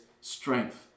strength